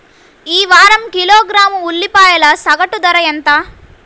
ఈ వారం కిలోగ్రాము ఉల్లిపాయల సగటు ధర ఎంత?